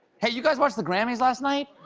hey, you guys watch the grammys last night?